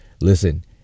listen